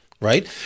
right